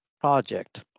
project